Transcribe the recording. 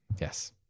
Yes